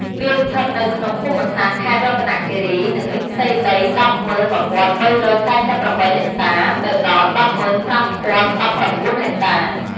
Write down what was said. វាស្ថិតនៅក្នុងភូមិសាស្ត្រ ខេត្តរតនគិរីនិងមានផ្ទៃដី ១០១ ៣៤៨ ហិចតា ទៅដល់ ១០៥ ០១៩ ហិចតា។